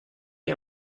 est